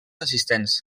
assistents